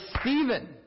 Stephen